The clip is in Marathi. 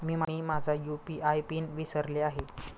मी माझा यू.पी.आय पिन विसरले आहे